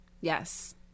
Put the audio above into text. Yes